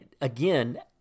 again